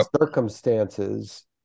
circumstances